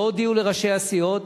לא הודיעו לראשי הסיעות,